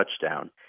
touchdown